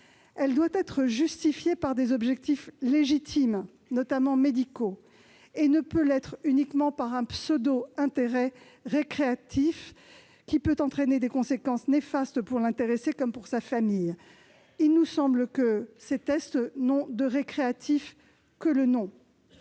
Elle doit être justifiée par des objectifs légitimes, notamment médicaux, et ne peut l'être uniquement par un pseudo-intérêt récréatif, qui peut entraîner des conséquences néfastes pour l'intéressé comme pour sa famille. Il nous semble que ces tests n'ont de récréatif que le nom.